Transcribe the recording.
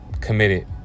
Committed